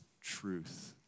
truth